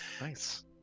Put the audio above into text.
Nice